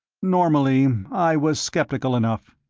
normally, i was sceptical enough,